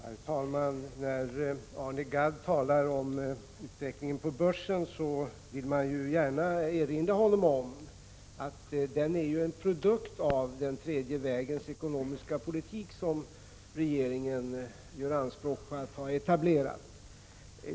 Herr talman! När Arne Gadd talar om utvecklingen på börsen vill jag gärna erinra honom om att den ju är en produkt av den tredje vägens ekonomiska politik som regeringen gör anspråk på att ha etablerat.